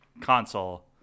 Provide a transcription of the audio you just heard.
console